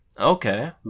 Okay